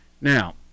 Now